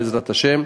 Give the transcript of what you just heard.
בעזרת השם.